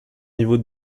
niveaux